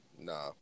Nah